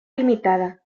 ltda